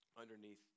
underneath